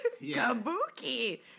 Kabuki